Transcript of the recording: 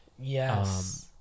Yes